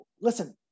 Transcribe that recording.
Listen